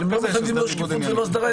אבל הם לא מחייבים לא שקיפות ולא הסדרה,